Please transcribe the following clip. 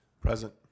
Present